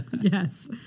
yes